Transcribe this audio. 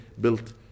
built